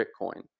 Bitcoin